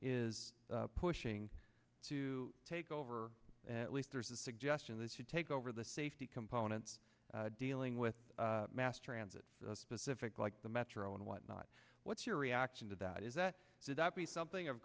is pushing to take over at least there's a suggestion that you take over the safety components dealing with mass transit specific like the metro and whatnot what's your reaction to that is that to that be something of